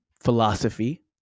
philosophy